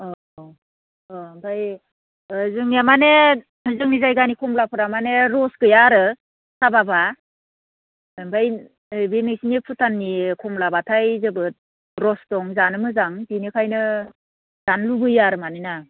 अह अह आमफ्राय ओह जोंनिया मानि जोंनि जायगानि खमलाफोरा मानि रस गैया आरो साबा बा आमफ्राय ओरै बे नोंसिनि भुटाननि खमलाबाथाय जोबोद रस दं जानो मोजां बिनिखायनो जानो लुबैयो आरो माने ना